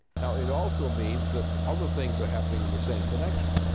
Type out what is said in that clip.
now it also means that other things are happening in the same connection.